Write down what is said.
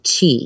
Chi